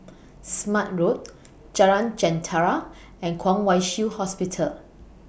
Smart Road Jalan Jentera and Kwong Wai Shiu Hospital